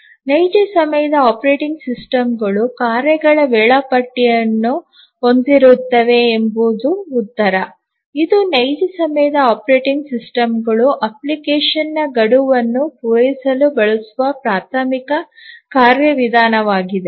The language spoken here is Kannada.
ಇದರ ಉತ್ತರವೇನೆಂದರೆ ನೈಜ ಸಮಯದ ಆಪರೇಟಿಂಗ್ ಸಿಸ್ಟಂಗಳು ಕಾರ್ಯಗಳ ವೇಳಾಪಟ್ಟಿಯನ್ನು ಹೊಂದಿರುತ್ತವೆ ಎಂಬುದು ಉತ್ತರ ಇದು ನೈಜ ಸಮಯದ ಆಪರೇಟಿಂಗ್ ಸಿಸ್ಟಂಗಳು ಅಪ್ಲಿಕೇಶನ್ ಗಡುವನ್ನು ಪೂರೈಸಲು ಬಳಸುವ ಪ್ರಾಥಮಿಕ ಕಾರ್ಯವಿಧಾನವಾಗಿದೆ